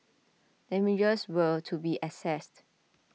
damages were to be assessed